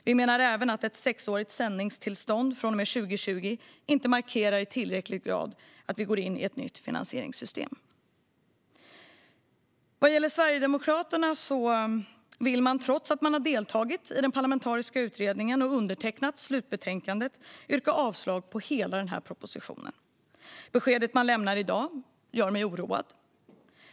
Vi menar även att ett sexårigt sändningstillstånd från och med 2020 inte markerar i tillräckligt hög grad att vi går in i ett nytt finansieringssystem. Vad gäller Sverigedemokraterna vill man, trots att man har deltagit i den parlamentariska utredningen och undertecknat slutbetänkandet, yrka avslag på hela propositionen. Beskedet man lämnar i dag gör mig oroad.